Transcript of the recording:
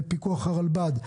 בפיקוח הרלב"ד,